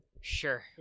Sure